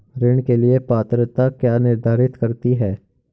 ऋण के लिए पात्रता क्या निर्धारित करती है?